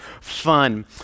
fun